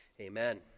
Amen